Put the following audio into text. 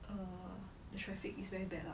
err the traffic is very bad lah